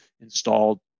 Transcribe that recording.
installed